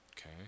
okay